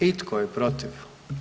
I tko je protiv?